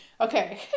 Okay